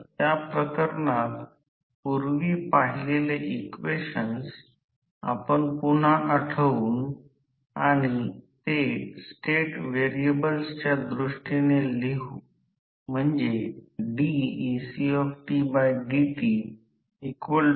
या प्रकरणात squirrel cage motor बाबतीत या सर्व गोष्टी नाहीत कारण रोटर स्वतः शॉर्ट केलेला असतो